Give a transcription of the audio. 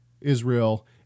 Israel